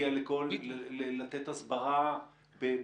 לתת הסברה -- בדיוק.